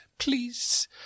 please